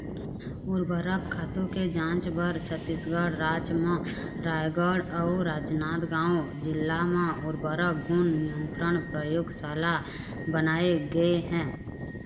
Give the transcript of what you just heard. उरवरक खातू के जांच बर छत्तीसगढ़ राज म रायगढ़ अउ राजनांदगांव जिला म उर्वरक गुन नियंत्रन परयोगसाला बनाए गे हे